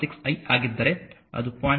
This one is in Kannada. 6 I ಆಗಿದ್ದರೆ ಅದು 0